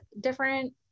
different